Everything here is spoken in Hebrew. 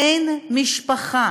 אין משפחה